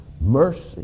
mercy